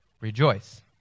rejoice